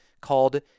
called